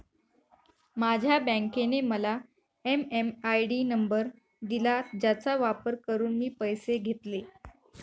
माझ्या बँकेने मला एम.एम.आय.डी नंबर दिला ज्याचा वापर करून मी पैसे घेतले